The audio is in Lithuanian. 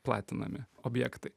platinami objektai